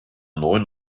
neuen